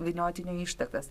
vyniotinio ištakas